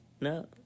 no